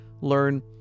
learn